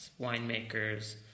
winemakers